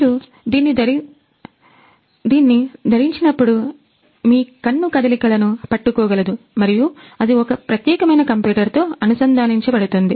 మీరు దీన్ని ధరించినప్పుడు మీ కన్ను కదలికలను పట్టుకోగలదు మరియు అది ఒక ప్రత్యేక కంప్యూటర్ తో అనుసంధానించబడుతుంది